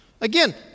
Again